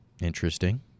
Interesting